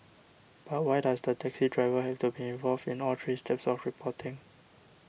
but why does the taxi driver have to be involved in all three steps of reporting